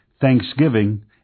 thanksgiving